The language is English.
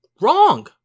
Wrong